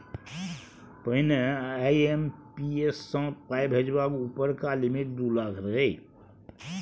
पहिने आइ.एम.पी.एस सँ पाइ भेजबाक उपरका लिमिट दु लाख रहय